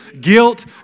guilt